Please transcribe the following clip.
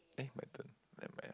eh my turn nevermind ah you read